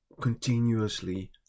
Continuously